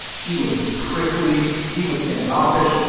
he was prickly. he was standoffish.